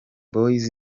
boys